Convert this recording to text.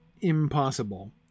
impossible